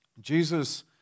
Jesus